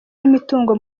n’imitungo